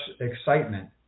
excitement